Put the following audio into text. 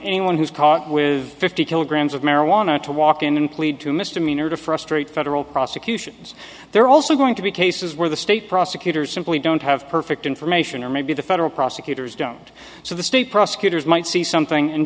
anyone who's caught with fifty kilograms of marijuana to walk in and plead to a misdemeanor to frustrate federal prosecutions they're also going to be cases where the state prosecutors simply don't have perfect information or maybe the federal prosecutors don't so the state prosecutors might see something and